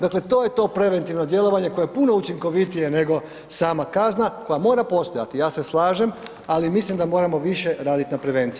Dakle, to je to preventivno djelovanje koje je puno učinkovitije nego sama kazna, koja mora postojati, ja se slažem, ali mislim da moramo više raditi na prevenciji.